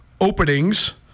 openings